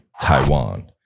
taiwan